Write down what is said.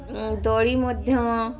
ଦୋଳି ମଧ୍ୟ